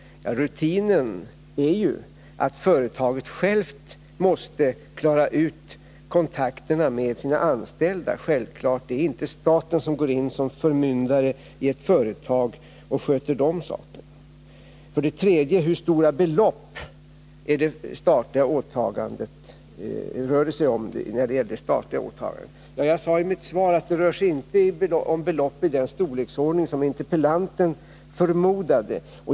Rutinen är att företaget självt måste klara kontakterna med sina anställda. Självklart går inte staten in som förmyndare i ett företag och sköter de sakerna. För det tredje frågas hur stora belopp det statliga åtagandet rör sig om. Jag sade i mitt svar att det inte rör sig om belopp i den storleksordning interpellanten förmodade.